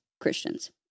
Christians